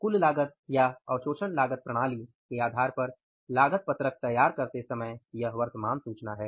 कुल लागत या अवशोषण लागत प्रणाली के आधार पर लागत पत्रक तैयार करते समय यह वर्तमान सूचना है